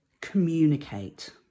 communicate